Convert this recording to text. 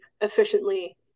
efficiently